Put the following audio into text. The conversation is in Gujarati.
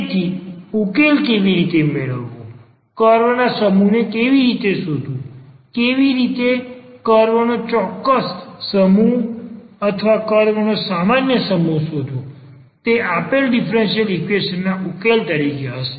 તેથી ઉકેલ કેવી રીતે મેળવવું કર્વના સમૂહને કેવી રીતે શોધવું કેવી રીતે કર્વ નો કોઈ ચોક્કસ સમૂહ અથવા કર્વ નો સામાન્ય સમૂહ શોધવું તે આપેલા ડીફરન્સીયલ ઈક્વેશન ના ઉકેલ તરીકે હશે